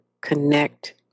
connect